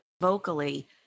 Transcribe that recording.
vocally